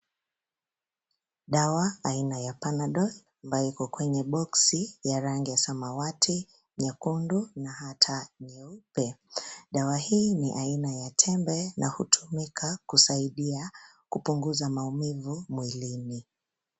Dawa aina ya Panadol ambayo iko kwenye boksi ya rangi ya samawati, nyekundu na hata nyeupe. Dawa hii ni aina ya tembe na hutumika kusaidia kupunguza maumivu mwilini.